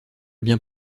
bien